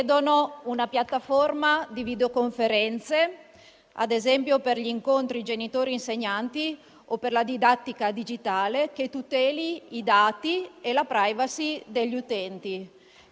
ovvero l'accordo largamente diffuso con cui grandi organizzazioni e multinazionali potevano, fino ad ora, legittimare il trasferimento di dati personali tra Europa e Stati Uniti.